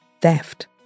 theft